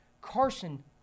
carson